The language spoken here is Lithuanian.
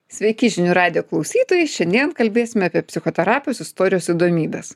sveiki žinių radijo klausytojai šiandien kalbėsime apie psichoterapijos istorijos įdomybes